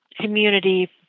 community